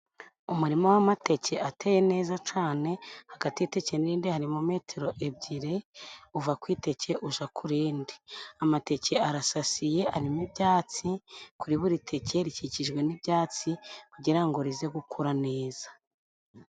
Umurima w'amateke ateye neza cane hagati y'iteke n'irindi harimo metero ebyiri uva ku iteke uja ku rindi. Amateke arasasiye arimo ibyatsi, kuri buri teke rikikijwe n'ibyatsi kugira ngo rize gukura neza.